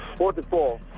forty four